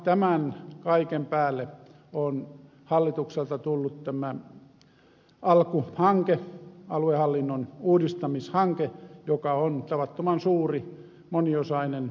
tämän kaiken päälle on hallitukselta tullut tämä alku hanke aluehallinnon uudistamishanke joka on tavattoman suuri moniosainen hanke